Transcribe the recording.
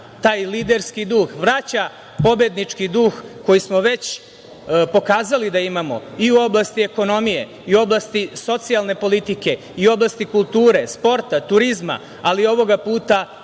taj liderski duh, vraća pobednički duh koji smo već pokazali da imamo i u oblasti ekonomije, i u oblasti socijalne politike, i u oblasti kulture, sporta, turizma, ali ovoga puta